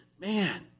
man